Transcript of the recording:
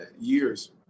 years